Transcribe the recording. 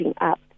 up